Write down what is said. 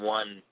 one